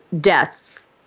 deaths